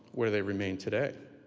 where they remain today.